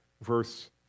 verse